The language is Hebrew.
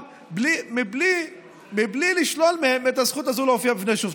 בלי לשלול מהם את הזכות הזאת להופיע בפני שופטים.